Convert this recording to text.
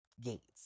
gates